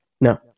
No